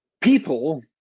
people